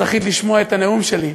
וזכית לשמוע את הנאום שלי.